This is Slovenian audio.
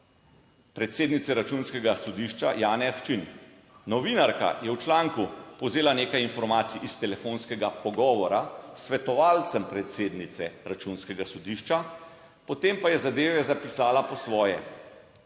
predsednice Računskega sodišča Janje Ahčin. Novinarka je v članku povzela nekaj informacij iz telefonskega pogovora s svetovalcem predsednice Računskega sodišča, potem pa je zadeve zapisala po svoje.